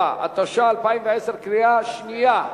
7), התש"ע 2010, קריאה שנייה.